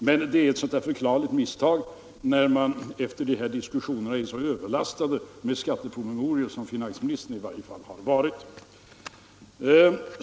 Men det är ett förklarligt misstag när man efter alla dessa diskussioner är så överlastad med skattepromemorior som i varje fall finansministern har varit.